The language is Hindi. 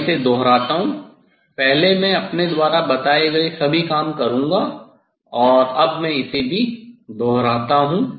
मैं इसे दोहराता हूं पहले मैं अपने द्वारा बताए गए सभी काम करूंगा और अब मैं इसे भी दोहराता हूं